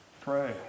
Pray